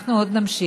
אנחנו עוד נמשיך.